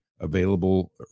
available